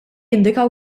jindika